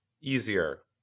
easier